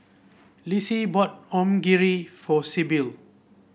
Lissie bought Onigiri for Sibyl